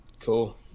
Cool